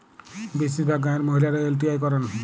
বেশিরভাগ গাঁয়ের মহিলারা এল.টি.আই করেন